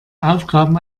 aufgaben